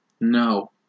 No